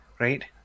Right